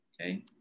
okay